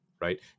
Right